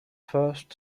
first